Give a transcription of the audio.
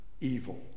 evil